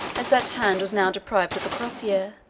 as that hand was now deprived of the crosier,